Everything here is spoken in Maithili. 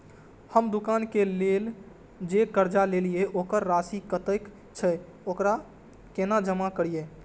हम दुकान के लेल जे कर्जा लेलिए वकर राशि कतेक छे वकरा केना जमा करिए?